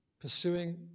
pursuing